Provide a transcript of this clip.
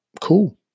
Cool